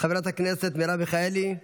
חברת הכנסת מרב מיכאלי,